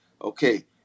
okay